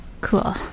Cool